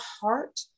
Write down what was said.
heart